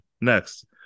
Next